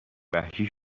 وحشی